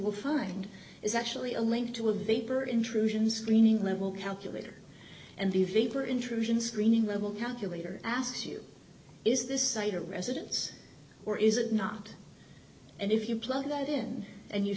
will find is actually a link to a vapor intrusion screening level calculator and the vapor intrusion screening level calculator asks you is this site a residence or is it not and if you plug it in and you